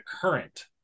current